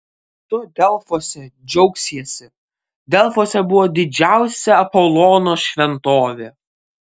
tu delfuose džiaugsiesi delfuose buvo didžiausia apolono šventovė